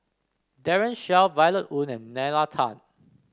Daren Shiau Violet Oon and Nalla Tan